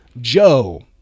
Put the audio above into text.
Joe